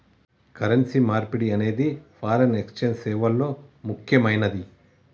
currency మార్పిడి అనేది foreign exchange సేవల్లో ముక్కెమైనది